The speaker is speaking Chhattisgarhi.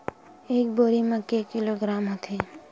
एक बोरी म के किलोग्राम होथे?